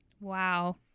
Wow